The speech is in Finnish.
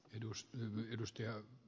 arvoisa puhemies